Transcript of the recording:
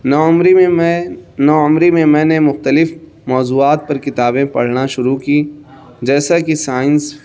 نوعمری میں میں نوعمری میں میں نے مختلف موضوعات پر کتابیں پڑھنا شروع کی جیسا کہ سائنس